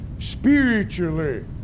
spiritually